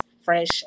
fresh